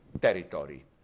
territory